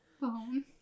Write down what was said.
phone